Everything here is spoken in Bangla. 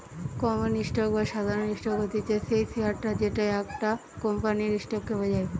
কমন স্টক বা সাধারণ স্টক হতিছে সেই শেয়ারটা যেটা একটা কোম্পানির স্টক কে বোঝায়